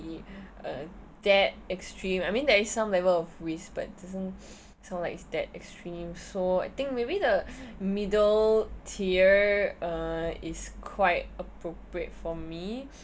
uh that extreme I mean there is some level of risk but it doesn't sound like it's that extreme so I think maybe the middle tier uh is quite appropriate for me